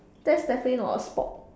that's definitely not a sport